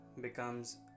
becomes